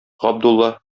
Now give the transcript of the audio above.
габдулла